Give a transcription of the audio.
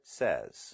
says